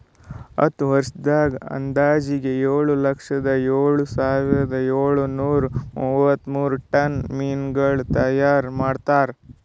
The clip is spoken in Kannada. ಹತ್ತು ವರ್ಷದಾಗ್ ಅಂದಾಜಿಗೆ ಏಳು ಲಕ್ಷ ಎಪ್ಪತ್ತೇಳು ಸಾವಿರದ ಏಳು ನೂರಾ ಮೂವತ್ಮೂರು ಟನ್ ಮೀನಗೊಳ್ ತೈಯಾರ್ ಮಾಡ್ತಾರ